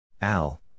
Al